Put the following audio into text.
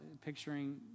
Picturing